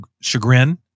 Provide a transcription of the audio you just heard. chagrin